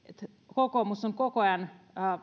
kokoomus on koko ajan